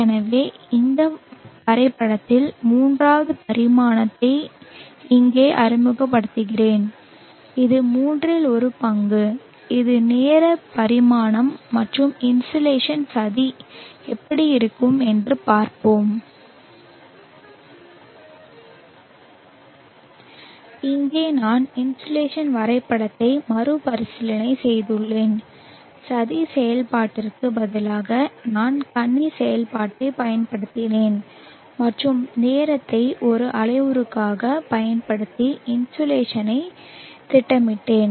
எனவே இந்த வரைபடத்தில் மூன்றாவது பரிமாணத்தை இங்கு அறிமுகப்படுத்துகிறேன் இது மூன்றில் ஒரு பங்கு இது நேர பரிமாணம் மற்றும் இன்சோலேஷன் சதி எப்படி இருக்கும் என்று பார்ப்போம் இங்கே நான் இன்ஷோலேஷன் வரைபடத்தை மறுபரிசீலனை செய்துள்ளேன் சதி செயல்பாட்டிற்கு பதிலாக நான் கண்ணி செயல்பாட்டைப் பயன்படுத்தினேன் மற்றும் நேரத்தை ஒரு அளவுருவாகப் பயன்படுத்தி இன்சோலேஷனைத் திட்டமிட்டேன்